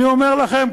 אני אומר לכם,